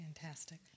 Fantastic